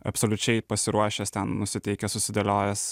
absoliučiai pasiruošęs ten nusiteikęs susidėliojęs